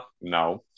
No